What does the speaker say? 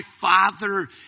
Father